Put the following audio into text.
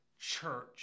church